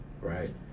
Right